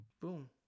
Boom